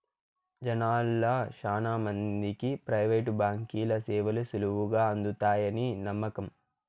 జనాల్ల శానా మందికి ప్రైవేటు బాంకీల సేవలు సులువుగా అందతాయని నమ్మకం